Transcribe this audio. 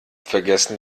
vergessen